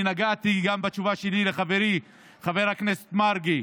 אני נגעתי גם בתשובה שלי לחברי חבר הכנסת מרגי,